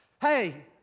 Hey